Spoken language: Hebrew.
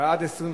נתקבלה.